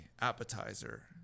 appetizer